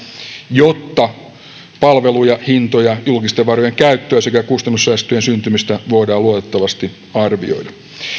jotta palveluja hintoja julkisten varojen käyttöä sekä kustannussäästöjen syntymistä voidaan luotettavasti arvioida